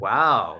Wow